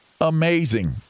amazing